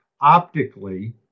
optically